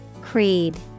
Creed